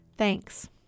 Thanks